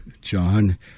John